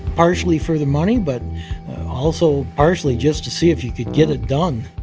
partially for the money, but also partially just to see if you could get it done.